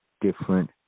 different